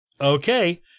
Okay